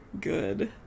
good